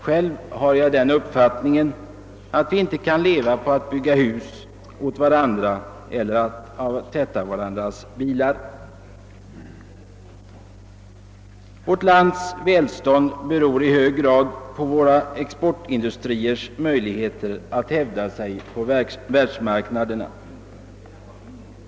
Själv har jag den uppfattningen, att vi inte kan leva på att bygga hus åt varandra eller av att tvätta varandras bilar. Vårt lands välstånd beror i hög grad på våra exportindustriers möjligheter att hävda sig på världsmarknaderna.